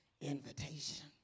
invitation